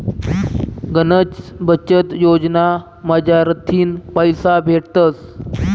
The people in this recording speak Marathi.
गनच बचत योजना मझारथीन पैसा भेटतस